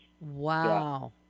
Wow